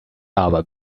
aber